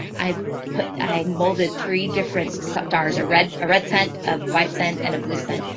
i put, i molded three different seminars or red, a red cent of white cent and a blue scent.